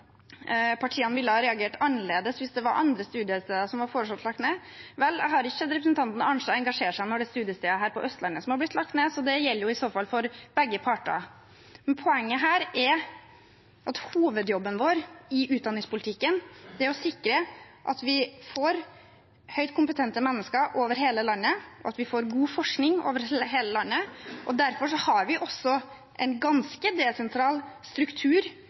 partiene ville ha reagert annerledes hvis det var andre studiesteder som var foreslått lagt ned. Vel, jeg har ikke hørt representanten Arnstad engasjere seg når det er studiesteder her på Østlandet som har blitt lagt ned, så det gjelder i så fall for begge parter. Poenget er at hovedjobben vår i utdanningspolitikken er å sikre at vi får høyt kompetente mennesker og god forskning over hele landet. Derfor har vi også en ganske desentral struktur for universiteter og høyskoler i dette landet. Vi holder oss med ganske